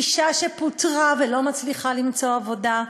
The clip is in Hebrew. אישה שפוטרה ולא מצליחה למצוא עבודה,